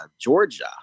Georgia